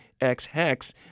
X-Hex